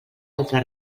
altre